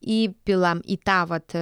įpilam į tą vat